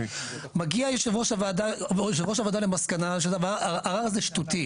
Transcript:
מגיע יושב ראש הוועדה למסקנה שהערר הזה שטותי.